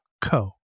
co